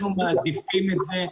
אנחנו מעדיפים את זה,